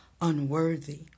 unworthy